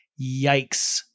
Yikes